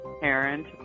parent